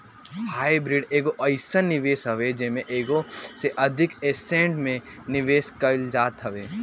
hybrid एगो अइसन निवेश हवे जेमे एगो से अधिक एसेट में निवेश कईल जात हवे